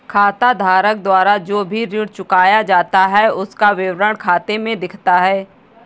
खाताधारक द्वारा जो भी ऋण चुकाया जाता है उसका विवरण खाते में दिखता है